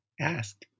ask